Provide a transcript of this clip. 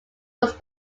was